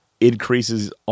increases